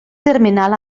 termenal